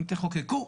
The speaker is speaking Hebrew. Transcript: אם תחוקקו,